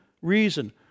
Reason